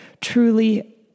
truly